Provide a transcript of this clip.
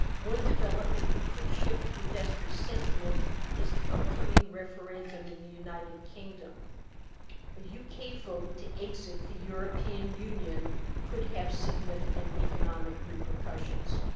one development that could shift investor sentiment is the upcoming referendum in the united kingdom. a u k. vote to exit the european union could have significant economic repercussions.